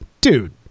dude